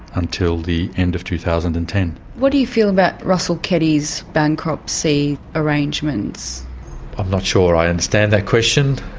until the end of two thousand and ten. what do you feel about russell keddie's bankruptcy arrangements? i'm not sure i understand that question,